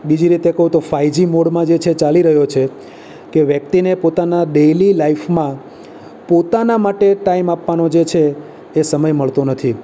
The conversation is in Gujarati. બીજી રીતે કહું તો ફાઇ જી મોડમાં ચાલી રહ્યો છે કે વ્યક્તિને પોતાના ડેઈલિ લાઈફમાં પોતાના માટે ટાઈમ આપવાનો જે છે એ સમય મળતો નથી